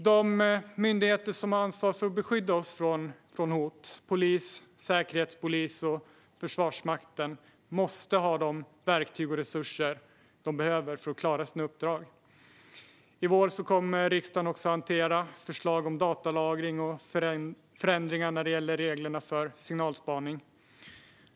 De myndigheter som har ansvar för att skydda oss från hot - polisen, Säkerhetspolisen och Försvarsmakten - måste ha de verktyg och resurser de behöver för att klara sina uppdrag. I vår kommer riksdagen att hantera förslag om datalagring och förändringar när det gäller regler för signalspaning.